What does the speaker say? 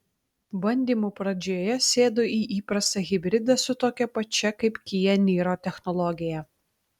bandymų pradžioje sėdu į įprastą hibridą su tokia pačia kaip kia niro technologija